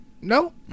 No